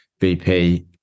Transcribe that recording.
vp